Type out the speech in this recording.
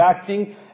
acting